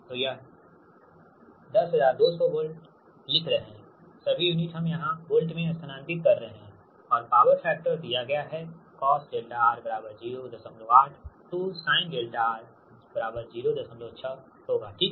तो यह 10200 वोल्ट लिख रहे हैसभी यूनिट हम यहां वोल्ट में स्थानांतरित कर रहे हैं और पावर फैक्टर दिया गया है cos𝛿R 08तो sin𝛿R 06 ठीक